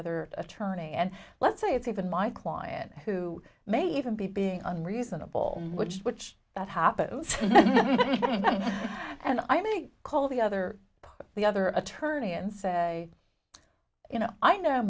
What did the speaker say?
other attorney and let's say it's even my client who may even be being unreasonable which that happens and i may call the other the other attorney and say you know i know